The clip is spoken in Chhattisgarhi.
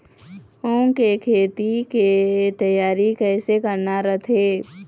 मूंग के खेती के तियारी कइसे करना रथे?